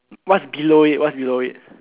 what's below it what's below it